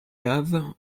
have